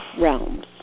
realms